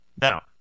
Now